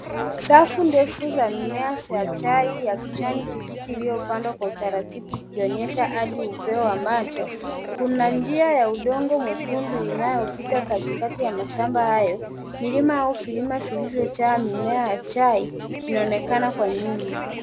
Safu ndefu za mimea za chai ya kijani kibichi iliyopandwa kwa utaratibu ikionyesha hali upeo wa macho. Kuna njia ya udongo mwekundu unayopita katikati ya mashamba hayo. Milima au vilima vilivyojaa mimea ya chai vinaonekana kwa nyuma.